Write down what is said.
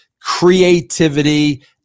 creativity